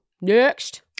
Next